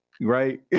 right